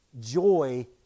Joy